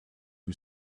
who